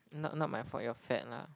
not not my fault you're fat lah